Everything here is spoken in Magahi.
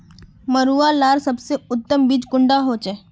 मरुआ लार सबसे उत्तम बीज कुंडा होचए?